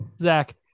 Zach